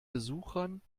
besuchern